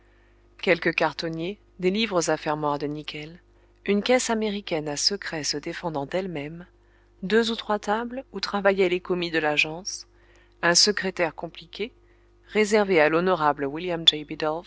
quelques cartonniers des livres à fermoirs de nickel une caisse américaine a secrets se défendant d'elle-même deux ou trois tables où travaillaient les commis de l'agence un secrétaire compliqué réservé à l'honorable william